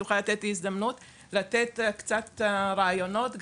תוכל לתת לי הזדמנות לתת קצת רעיונות.